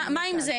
מה עם זה?